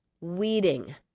weeding